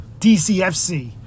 DCFC